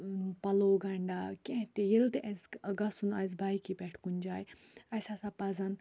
پَلو گَنٛڈا کیٚنٛہہ تہِ ییٚلہِ تہِ اَسہِ گَژھُن آسہِ بایکہِ پٮ۪ٹھ کُنہِ جایہِ اَسہِ ہَسا پَزَن